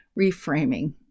Reframing